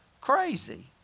crazy